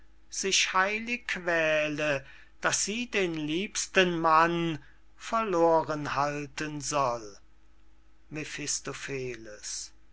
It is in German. sich heilig quäle daß sie den liebsten mann verloren halten soll